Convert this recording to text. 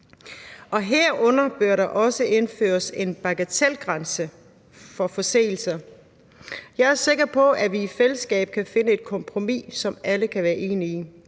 herunder bør der også indføres en bagatelgrænse for forseelser. Jeg er sikker på, at vi i fællesskab kan finde et kompromis, som alle kan være enige i.